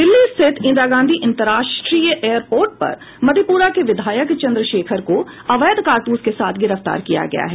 दिल्ली स्थित इंदिरा गांधी अंतरराष्ट्रीय एयरपोर्ट पर मधेपुरा के विधायक चंद्रशेखर को अवैध कारतूसों के साथ गिरफ्तार किया गया है